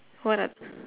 what are